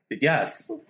Yes